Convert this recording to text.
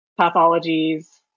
pathologies